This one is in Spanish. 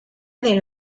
del